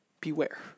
Beware